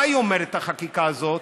מה אומרת החקיקה הזאת?